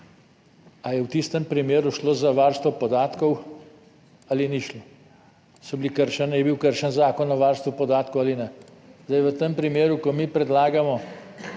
Ali je v tistem primeru šlo za varstvo podatkov ali ni šlo, je bil kršen Zakon o varstvu podatkov ali ne? Zdaj v tem primeru, ko mi predlagamo